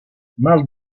mal